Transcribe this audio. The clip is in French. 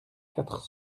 quatre